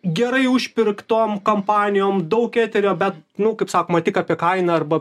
gerai užpirktom kampanijom daug eterio bet nu kaip sakoma tik apie kainą arba